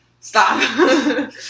Stop